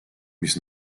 mis